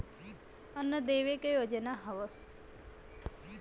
अन्न देवे क योजना हव